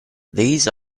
these